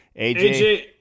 AJ